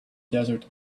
desert